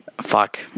fuck